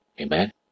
amen